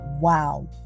Wow